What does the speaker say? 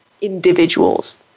individuals